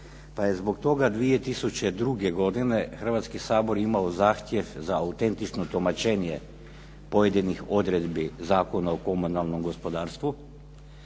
pa je zbog toga 2002. godine Hrvatski sabor imao zahtjev za autentično tumačenje pojedinih odredbi Zakona o komunalnom gospodarstvu.